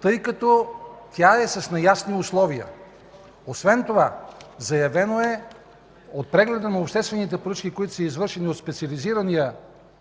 тъй като тя е с неясни условия. Освен това, заявено е от прегледа на обществените поръчки, които са извършени от специализирания